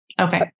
Okay